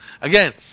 Again